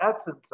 essence